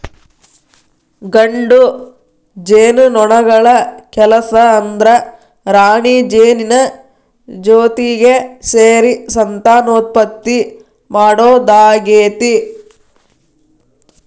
ಗಂಡು ಜೇನುನೊಣಗಳ ಕೆಲಸ ಅಂದ್ರ ರಾಣಿಜೇನಿನ ಜೊತಿಗೆ ಸೇರಿ ಸಂತಾನೋತ್ಪತ್ತಿ ಮಾಡೋದಾಗೇತಿ